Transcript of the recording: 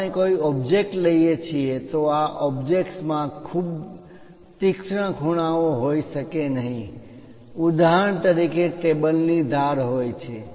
જો આપણે કોઈ ઓબ્જેક્ટ લઈએ છીએ તો આ ઓબ્જેક્ટ્સ માં ખૂબ તીક્ષ્ણ ખૂણાઓ હોઈ શકે નહીં ઉદાહરણ તરીકે ટેબલની ધાર હોય છે